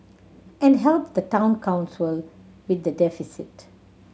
and help the Town Council with the deficit